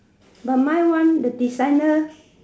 but mine one the designer